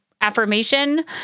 affirmation